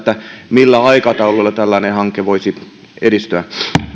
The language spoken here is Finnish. millä aikataululla tällainen hanke voisi edistyä myönnän